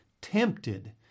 tempted